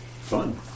fun